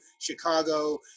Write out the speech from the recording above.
Chicago